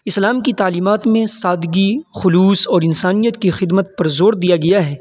اسلام کی تعلیمات میں سادگی خلوص اور انسانیت کی خدمت پر زور دیا گیا ہے